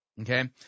Okay